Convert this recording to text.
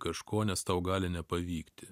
kažko nes tau gali nepavykti